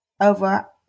over